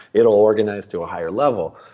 it'll organize to a higher level.